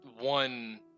one